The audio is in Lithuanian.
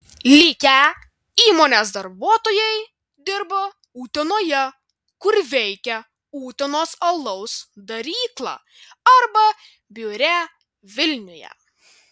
likę įmonės darbuotojai dirba utenoje kur veikia utenos alaus darykla arba biure vilniuje